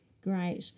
Great